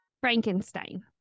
Frankenstein